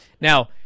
Now